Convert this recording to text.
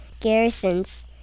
garrisons